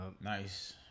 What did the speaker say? Nice